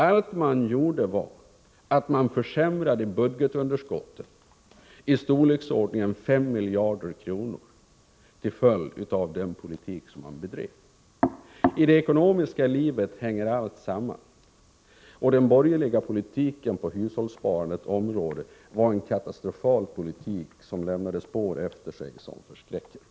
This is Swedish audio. Allt man gjorde var att man med den politik man bedrev försämrade budgetunderskottet med ett belopp i storleksordningen 5 miljarder kronor. I det ekonomiska livet hänger allt samman. Den borgerliga politiken på hushållssparandets område var en katastrofal politik, som lämnade spår efter sig som förskräcker.